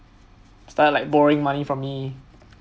started like borrowing money from me